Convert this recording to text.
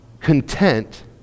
content